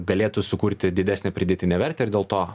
galėtų sukurti didesnę pridėtinę vertę ir dėl to